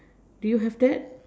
do you have that